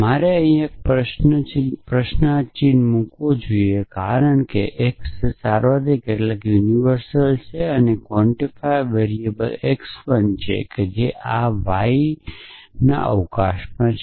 મારે અહીં એક પ્રશ્ન ચિહ્ન મૂકવો જોઈએ કારણ કે x સાર્વત્રિક છે ક્વોન્ટીફાઇડ વેરીએબલ x 1 તેથી આ y જે અવકાશમાં છે